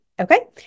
Okay